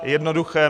Jednoduché.